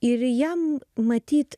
ir jam matyt